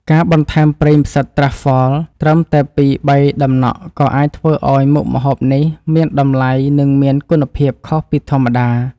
ការបន្ថែមប្រេងផ្សិតត្រាហ្វហ្វល (Truffle) ត្រឹមតែពីរបីតំណក់ក៏អាចធ្វើឱ្យមុខម្ហូបនេះមានតម្លៃនិងមានគុណភាពខុសពីធម្មតា។